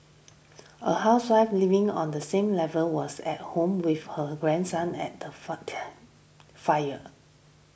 a housewife living on the same level was at home with her grandson at the fire